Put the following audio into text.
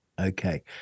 Okay